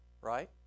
right